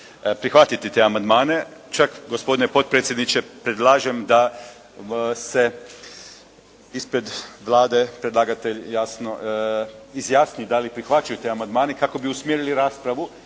prihvatiti te amandmane, čak gospodine potpredsjedniče predlažem da se ispred Vlade predlagatelj izjasni da li prihvaćaju te amandmane, kako bi usmjerili raspravu